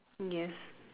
yes